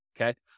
okay